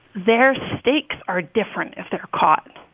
their stakes are different if they're caught,